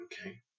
Okay